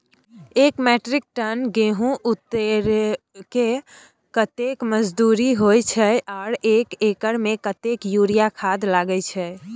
एक metric ton गेहूं उतारेके कतेक मजदूरी होय छै आर एक एकर में कतेक यूरिया खाद लागे छै?